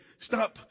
Stop